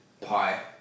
pie